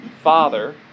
Father